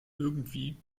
irgendwie